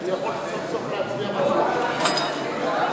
אני יכול סוף-סוף להצביע מה שאני רוצה.